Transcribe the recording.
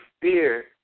fear